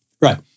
Right